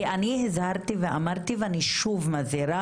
כי אני הזהרתי ואמרתי ואני שוב מזהירה